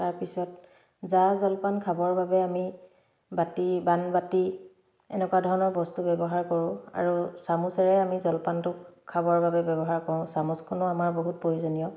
তাৰপিছত জা জলপান খাবৰ বাবে আমি বাতি বানবাতি এনেকুৱা ধৰণৰ বস্তু ব্যৱহাৰ কৰোঁ আৰু চামুচেৰে আমি জলপানটো খাবৰ বাবে ব্যৱহাৰ কৰোঁ চামুচখনো আমাৰ বহুত প্ৰয়োজনীয়